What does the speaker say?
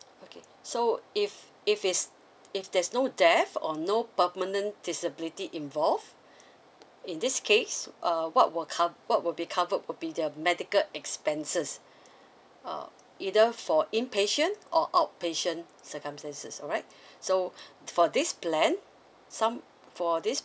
okay so if if it's if there's no death or no permanent disability involved in this case uh what will cov~ what will be covered would the medical expenses uh either for inpatient or outpatient circumstances alright so for this plan sum for this